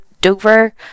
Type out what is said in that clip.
dover